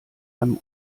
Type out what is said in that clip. einem